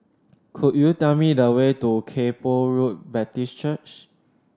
could you tell me the way to Kay Poh Road Baptist Church